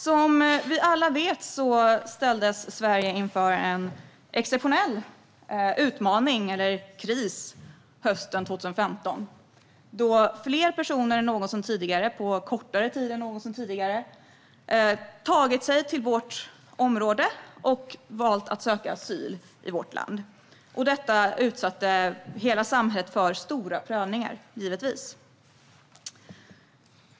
Som vi alla vet ställdes Sverige inför en exceptionell utmaning eller kris hösten 2015, då fler personer än någonsin tidigare på kortare tid än någonsin tog sig till vårt område och valde att söka asyl i vårt land. Detta utsatte givetvis hela samhället för stora prövningar.